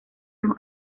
nos